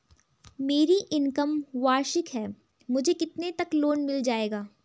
मेरी इनकम वार्षिक है मुझे कितने तक लोन मिल जाएगा?